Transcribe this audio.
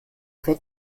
wird